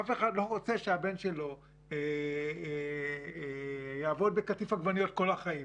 אף אחד לא רוצה שבנו יעבוד בקטיף עגבניות כל החיים.